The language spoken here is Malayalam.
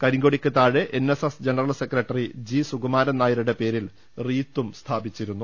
കരിങ്കൊടിക്ക് താഴെ NSS general secretary G Sukumaran നായരുടെ പേരിൽ റീത്തും സ്ഥാപിച്ചിരുന്നു